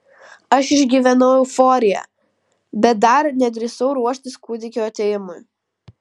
aš išgyvenau euforiją bet dar nedrįsau ruoštis kūdikio atėjimui